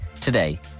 today